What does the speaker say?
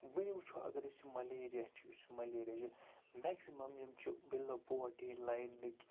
وٕنہِ وٕچھو اگر أسۍ ملیریا چھِ یُس یہِ ملیریا چھِ مٮ۪کزِمَم یِم چھِ بِلو پوٗوَرٹی لاینٕکۍ